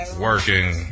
working